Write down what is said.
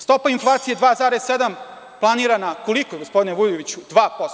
Stopa inflacije 2,7 planirana, koliko, gospodine Vujeviću, 2%